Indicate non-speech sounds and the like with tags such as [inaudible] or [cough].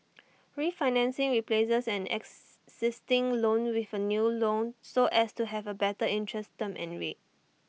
[noise] refinancing replaces an existing loan with A new loan so as to have A better interest term and rate